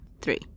three